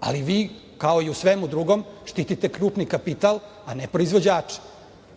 Ali vi, kao i u svemu drugom, štitite krupni kapital a ne proizvođače. Proglasite